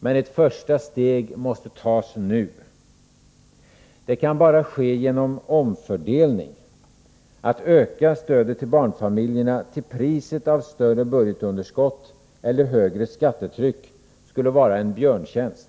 men ett första steg måste tas nu. En förbättring kan bara ske genom omfördelning. Att öka stödet till barnfamiljerna till priset av större budgetunderskott eller högre skattetryck skulle vara en björntjänst.